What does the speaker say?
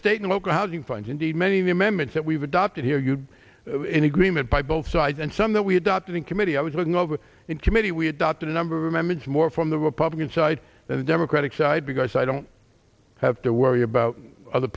state and local housing funds indeed many of the amendments that we've adopted here you are in agreement by both sides and some that we adopted in committee i was looking over in committee we adopted a number of members more from the republican side than the democratic side because i don't have to worry about other